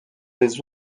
des